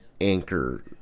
Anchor